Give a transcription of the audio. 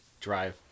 drive